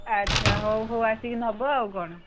ଆଚ୍ଛା ହଉ ହଉ ଆସିକି ନବ ଆଉ କ'ଣ